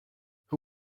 who